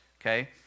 okay